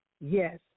Yes